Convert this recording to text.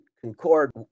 concord